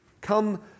come